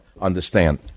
understand